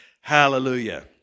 hallelujah